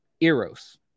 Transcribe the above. eros